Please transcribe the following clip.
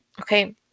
okay